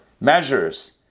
Measures